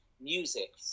music